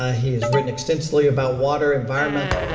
ah he has written extensively about water, environment,